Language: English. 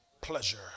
pleasure